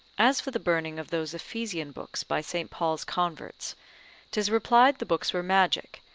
as for the burning of those ephesian books by st. paul's converts tis replied the books were magic,